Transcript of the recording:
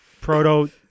proto